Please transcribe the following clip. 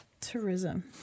tourism